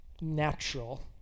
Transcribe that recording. natural